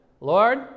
lord